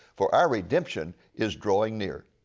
for our redemption is drawing near.